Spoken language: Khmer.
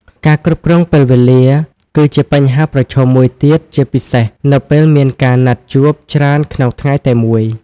ការគ្រប់គ្រងពេលវេលាគឺជាបញ្ហាប្រឈមមួយទៀត ជាពិសេសនៅពេលមានការណាត់ជួបច្រើនក្នុងថ្ងៃតែមួយ។